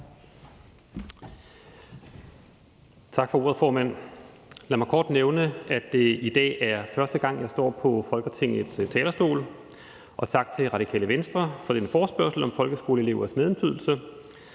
Tak for ordet, formand. Lad mig kort nævne, at det i dag er første gang, jeg står på Folketingets talerstol. Og tak til Radikale Venstre for denne forespørgsel om folkeskoleelevers medindflydelse.